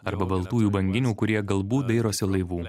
arba baltųjų banginių kurie galbūt dairosi laivų